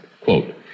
quote